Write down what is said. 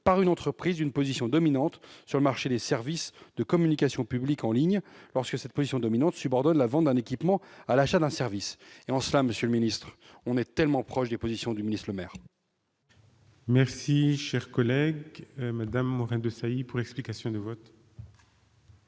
par une entreprise d'une position dominante sur le marché des services de communication publics en ligne lorsque cette position dominante subordonne la vente d'un équipement à l'achat d'un service. En cela, monsieur le secrétaire d'État, nous sommes tellement proches des positions du ministre Bruno Le Maire ! La parole est à Mme Catherine Morin-Desailly, pour explication de vote.